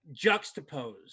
juxtapose